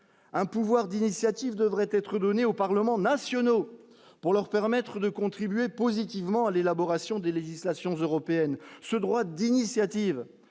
un pouvoir d'initiative devrait être donnée aux parlements nationaux pour leur permettre de contribuer positivement à l'élaboration des législations européennes, ce droit d'initiative